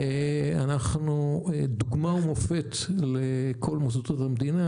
אנחנו דוגמה ומופת לכל מוסדות המדינה.